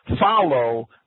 follow